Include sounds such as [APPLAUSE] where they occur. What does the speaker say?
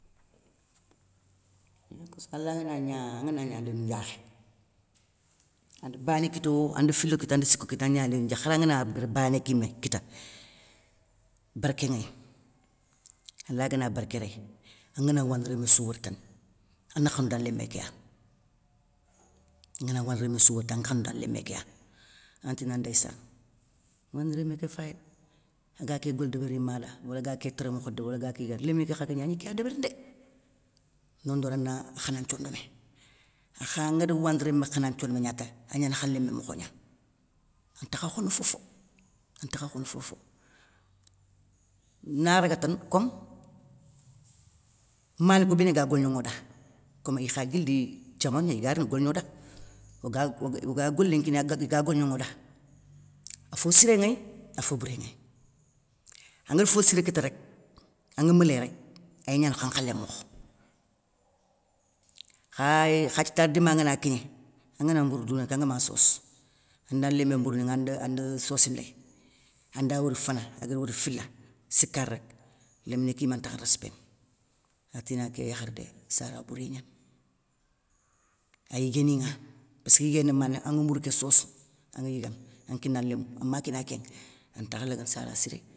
Nokoussou alla gana gna, anganagna léndou ndiakhé, anda bané kita wo, anda filo kita anda siko kita agna léndou ndiakhé, khara ngana, bané kéyimé kita, bérké nŋey. Allah gana bérké rey, angana wande rémé sou wori tane ana khanou da lémé kéya. Angana wandi rémé sou wori tane ana khanou da lémé ké ya. Antina ndéyssan, wandi rémé ké fay rek, aga ké golé débérini i mah da, wala ga ké kérémou khode wala ga ké yigana, nlémé ké khagagni agni kéya débérini dé, nondono ana khana nthio ndomé, akha angada wande rémé khana nthiondomé gnata, agnay kha lémé mokho gna. Antakha khone fofo, antakha khone fofo. Naraga tane kom malinko béni ga golignaŋo da kom ikha guili, diamanou gna igarini goligno da, oga [HESITATION] golé nkinéy igua golignaŋo da. Afo siré nŋey. afo bouré nŋéy. Angari fo sité kita rek, anga méléy rek, ay gnana kha nkhalé mokho. Kha i khathitade dima ngana kigné, angana mbour dounŋé ké angama sosse, anda lémé mbourouni nŋa andi sossi léy, anda wori fana, agari wori fila, sika rek, léminé ké yimé ntakh resspéné, atina ké yakharé dé, sara bouré gnani, ayiguéni nŋa, passke yiguéyé ni mané, anŋe mbourou ké sosse anŋa yigana, anŋa kina lémou anma kina kénŋa, antakha lagana sara siré.